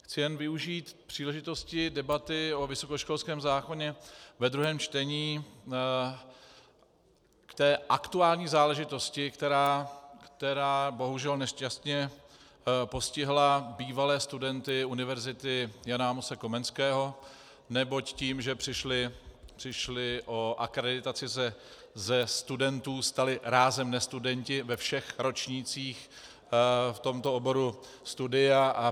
Chci jen využít příležitosti debaty o vysokoškolském zákoně ve druhém čtení k té aktuální záležitosti, která bohužel nešťastně postihla bývalé studenty Univerzity Jana Amose Komenského, neboť tím, že přišli o akreditaci, se ze studentů stali rázem nestudenti ve všech ročnících v tomto oboru studia.